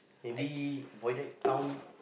maybe void deck town